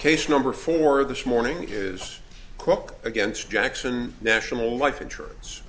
case number four this morning is cook against jackson national life insurance